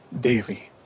daily